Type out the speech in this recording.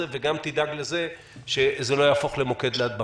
וגם תדאג לזה שזה לא יהפוך למוקד להדבקה?